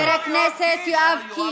חבר הכנסת יואב קיש.